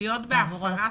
להיות בעבירה.